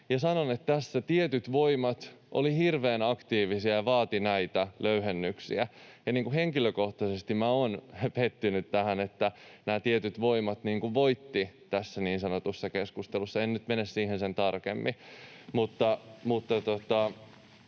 Sanon, että tässä tietyt voimat olivat hirveän aktiivisia ja vaativat näitä löyhennyksiä, ja henkilökohtaisesti minä olen pettynyt tähän, että nämä tietyt voimat voittivat tässä niin sanotussa keskustelussa. En nyt mene siihen sen tarkemmin,